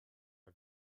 are